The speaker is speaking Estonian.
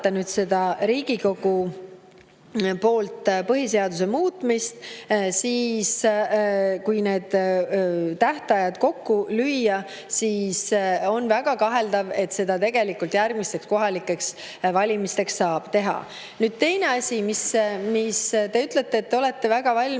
vaadata Riigikogu poolt põhiseaduse muutmist ja need tähtajad kokku lüüa, siis on väga kaheldav, et seda saab tegelikult järgmisteks kohalikeks valimisteks teha. Nüüd teine asi. Te ütlesite, et te olete väga valmis